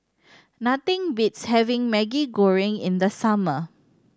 nothing beats having Maggi Goreng in the summer